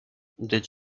did